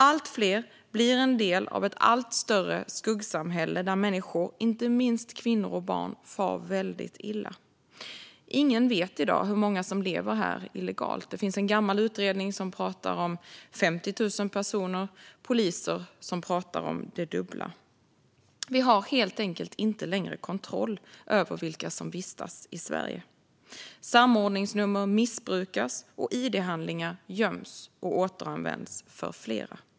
Allt fler blir en del av ett allt större skuggsamhälle där människor, inte minst kvinnor och barn, far väldigt illa. Ingen vet i dag hur många som lever här illegalt. Det finns en gammal utredning som talar om 50 000 personer och poliser som talar om det dubbla. Vi har helt enkelt inte längre kontroll över vilka som vistas i Sverige. Samordningsnummer missbrukas, och id-handlingar göms och återanvänds av flera.